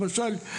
למשל,